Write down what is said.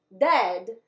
dead